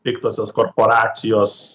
piktosios korporacijos